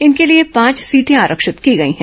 इनके लिए पांच सीटें आरक्षित की गई हैं